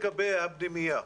לגבי הפנימייה,